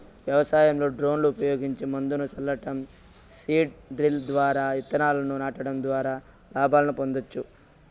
వ్యవసాయంలో డ్రోన్లు ఉపయోగించి మందును సల్లటం, సీడ్ డ్రిల్ ద్వారా ఇత్తనాలను నాటడం ద్వారా లాభాలను పొందొచ్చు